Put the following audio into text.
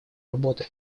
работы